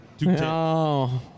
No